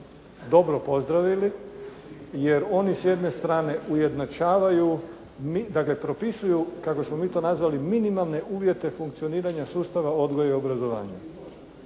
dobro pozdravili jer oni s jedne strane ujednačavaju, dakle propisuju kako smo mi to nazvali minimalne uvjete funkcioniranja sustava odgoja i obrazovanja.